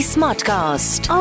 Smartcast